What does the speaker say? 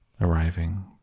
arriving